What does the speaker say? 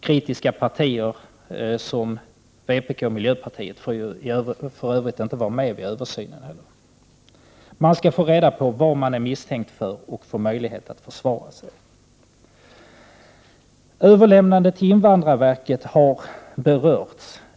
Kritiska partier som vpk och miljöpartiet får för övrigt inte delta i översynen. Man skall ha rätt att få veta vad man är misstänkt för och ges möjlighet att försvara sig. Frågan om överlämnande av ärenden till invandrarverket har berörts.